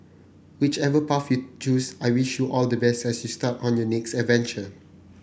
whichever path you choose I wish you all the best as you start on your next adventure